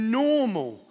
normal